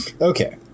Okay